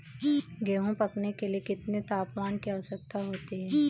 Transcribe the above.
गेहूँ पकने के लिए कितने तापमान की आवश्यकता होती है?